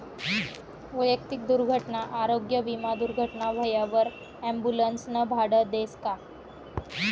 वैयक्तिक दुर्घटना आरोग्य विमा दुर्घटना व्हवावर ॲम्बुलन्सनं भाडं देस का?